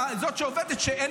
זאת שעובדת שם,